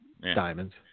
diamonds